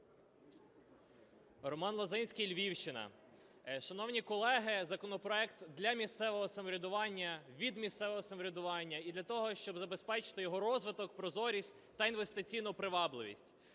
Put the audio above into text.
Роман Лозинський, Львівщина. Шановні колеги, законопроект для місцевого самоврядування, від місцевого самоврядування і для того, щоб забезпечити його розвиток, прозорість та інвестиційну привабливість.